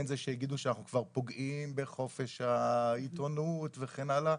זה שאנחנו שיגידו שאנחנו פוגעים בחופש העיתונות וכן הלאה.